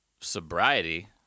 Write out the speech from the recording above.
sobriety